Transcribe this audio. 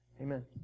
Amen